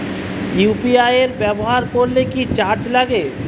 UPI ব্যবহার করলে কি চার্জ লাগে?